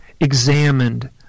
examined